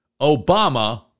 Obama